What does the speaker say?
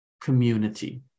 community